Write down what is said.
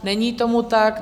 Není tomu tak.